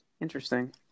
Interesting